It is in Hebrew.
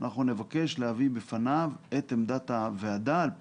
אנחנו נבקש להביא בפניו את עמדת הוועדה על פי